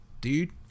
dude